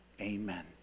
Amen